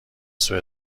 سوء